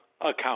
account